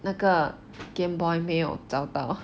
那个 game boy 没有找到